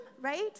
right